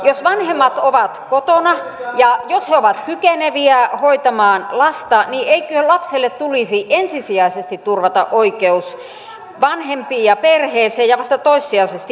jos vanhemmat ovat kotona ja jos he ovat kykeneviä hoitamaan lasta niin eikö lapselle tulisi ensisijaisesti turvata oikeus vanhempiin ja perheeseen ja vasta toissijaisesti päivähoitoon